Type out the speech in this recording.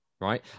right